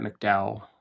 McDowell